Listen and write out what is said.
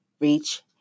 reach